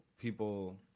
people